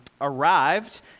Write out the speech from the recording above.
arrived